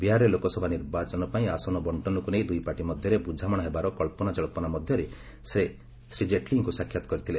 ବିହାରରେ ଲୋକସଭା ନିର୍ବାଚନ ପାଇଁ ଆସନ ବଙ୍କନକୁ ନେଇ ଦୁଇପାର୍ଟି ମଧ୍ୟରେ ବୁଝାମଣା ହେବାର କବ୍ରନାଜକ୍ଷନା ମଧ୍ୟରେ ସେ ଶ୍ରୀ ଜେଟଲୀଙ୍କୁ ସାକ୍ଷାତ କରିଛନ୍ତି